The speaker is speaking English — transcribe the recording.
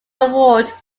award